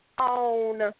own